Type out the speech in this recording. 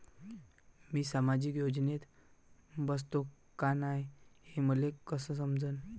मी सामाजिक योजनेत बसतो का नाय, हे मले कस समजन?